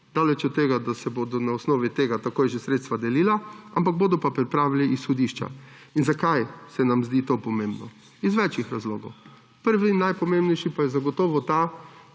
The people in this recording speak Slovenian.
daleč od tega, da se bodo na osnovi tega takoj že sredstva delila, ampak bodo pa pripravili izhodišča. In zakaj se nam zdi to pomembno? Iz več razlogov. Prvi najpomembnejši pa je zagotovo ta,